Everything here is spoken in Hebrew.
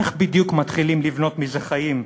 איך בדיוק מתחילים לבנות מזה חיים,